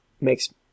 makes